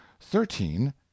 thirteen